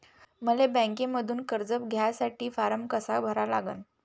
मले बँकेमंधून कर्ज घ्यासाठी फारम कसा भरा लागन?